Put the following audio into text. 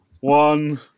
one